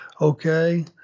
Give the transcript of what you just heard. okay